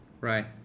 Right